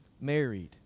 married